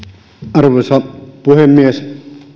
arvoisa puhemies